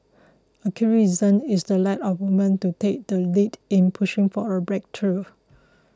a key reason is the lack of women to take the lead in pushing for a breakthrough